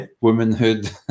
womanhood